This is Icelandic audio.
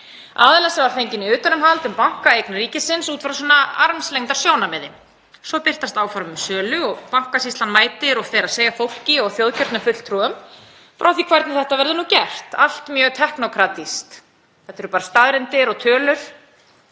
aðila sem var fenginn í utanumhald um bankaeign ríkisins út frá armslengdarsjónarmiði. Svo birtast áform um sölu og Bankasýslan mætir og fer að segja fólki og þjóðkjörnum fulltrúum frá því hvernig þetta verður gert. Allt mjög teknókratískt. Þetta eru bara staðreyndir og tölur.